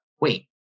wait